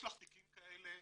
יש לך תיקים כאלה,